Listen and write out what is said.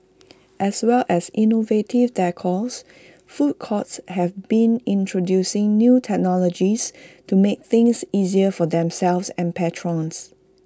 as well as innovative decors food courts have been introducing new technologies to make things easier for themselves and patrons